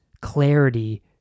clarity